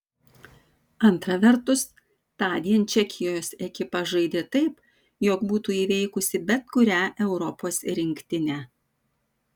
antra vertus tądien čekijos ekipa žaidė taip jog būtų įveikusi bet kurią europos rinktinę